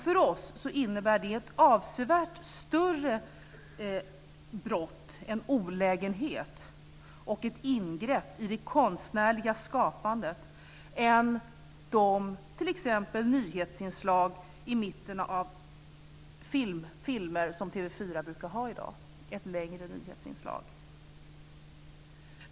För oss innebär det ett avsevärt större brott, en olägenhet och ett ingrepp i det konstnärliga skapandet, än t.ex. de längre nyhetsinslag i mitten av filmer som TV 4 brukar ha i dag.